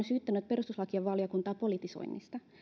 syyttänyt perustuslakivaliokuntaa politisoinnista